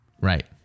Right